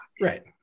Right